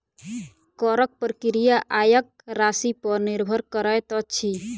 करक प्रक्रिया आयक राशिपर निर्भर करैत अछि